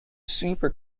super